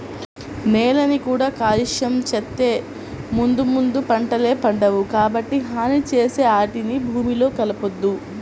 నేలని కూడా కాలుష్యం చేత్తే ముందు ముందు పంటలే పండవు, కాబట్టి హాని చేసే ఆటిని భూమిలో కలపొద్దు